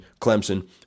Clemson